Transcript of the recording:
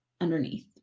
underneath